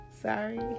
Sorry